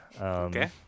okay